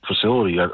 Facility